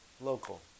local